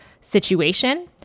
situation